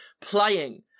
playing